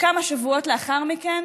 כמה שבועות לאחר מכן